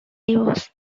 divorce